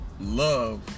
love